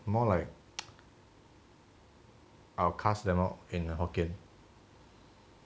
more like I will cast them out in hokkien